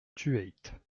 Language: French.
thueyts